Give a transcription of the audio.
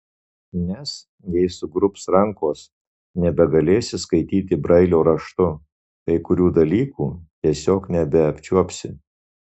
nes jei sugrubs rankos nebegalėsi skaityti brailio raštu kai kurių dalykų tiesiog nebeapčiuopsi